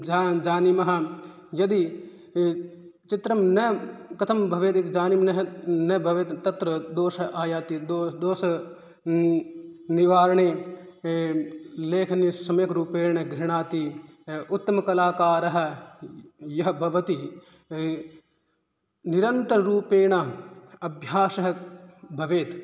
John जानीमः यदि चित्रं न कथं भवेत् इति जानीमः न भवेत् तत्र दोष आयाति दो दोस् नि निवारणे लेखनी सम्यग्रूपेण गृह्णाति उत्तमकलाकारः यः भवति निरन्तररूपेण अभ्यासः भवेत्